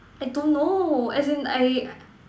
I don't know as in I